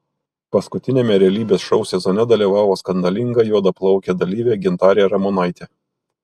paskutiniame realybės šou sezone dalyvavo skandalinga juodaplaukė dalyvė gintarė ramonaitė